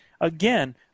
again